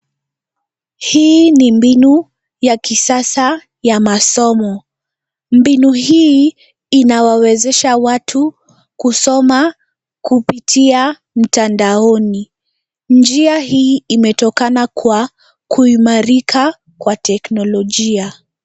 Hii ni mbinu ya kisasa ya masomo. Mbinu hii inawawezesha watu kusoma kupitia mtandaoni. Njia hii imetokana kwa kuimarika kwa teknolojia.